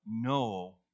no